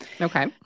Okay